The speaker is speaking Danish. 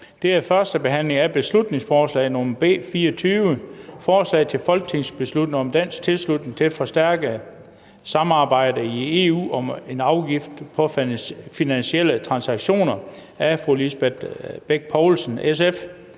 er: 2) 1. behandling af beslutningsforslag nr. B 24: Forslag til folketingsbeslutning om dansk tilslutning til det forstærkede samarbejde i EU om en afgift på finansielle transaktioner. Af Lisbeth Bech Poulsen (SF)